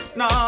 no